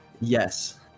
Yes